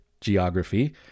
geography